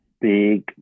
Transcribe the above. big